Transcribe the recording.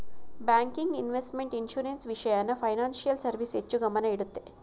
banking, investment, insurance, ವಿಷಯನ financial service ಹೆಚ್ಚು ಗಮನ ಇಡುತ್ತೆ